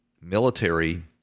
military